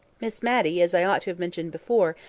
miss matty, as i ought to have mentioned before,